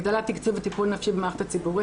הגדלת תקצוב לטיפול נפשי במערכת הציבורית